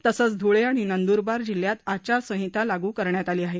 तसंच धूळे आणि नंदूरबार जिल्ह्यात आचारसंहिता लागू करण्यात आली आहे